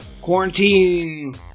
quarantine